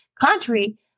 country